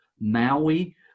Maui